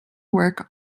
work